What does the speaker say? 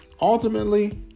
Ultimately